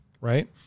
right